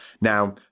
Now